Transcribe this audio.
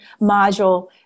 module